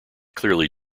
clearly